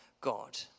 God